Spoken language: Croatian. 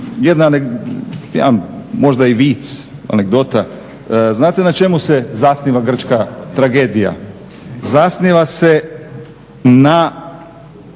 jedan možda i vic, anegdota. Znate na čemu se zasniva grčka tragedija? Zasniva se na